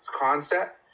concept